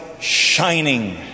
shining